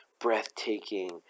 breathtaking